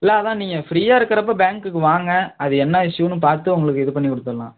இல்லை அதுதான் நீங்கள் ஃப்ரீயாக இருக்கிறப்ப பேங்க்குக்கு வாங்க அது என்ன இஷ்யூன்னு பார்த்து உங்களுக்கு இது பண்ணிக் கொடுத்தரலாம்